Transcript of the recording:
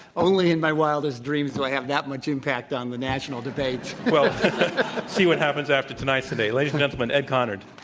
only in my wildest dreams do i have that much impact on the national debate. well see what happens after tonight's debate. ladies and gentlemen, ed conard.